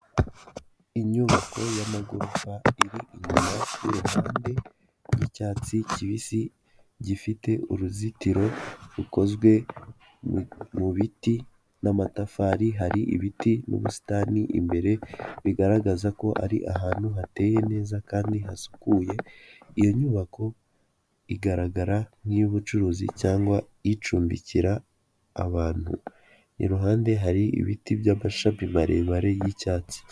Inyubako y'amagorofa iri inyuma kuruhande rwicyatsi kibisi gifite uruzitiro rukozwe mu biti n'amatafari hari ibiti n'ubusitani imbere bigaragaza ko ari ahantu hateye neza kandi hasukuye iyo nyubako igaragara nki iy'ubucuruzi cyangwa icumbikira abantu iruhande hari ibiti by'amashami maremare y'icyatsi.